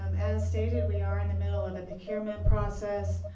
um as stated, we are in the middle of a procurement process.